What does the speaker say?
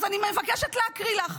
אז אני מבקשת להקריא לך: